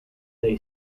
they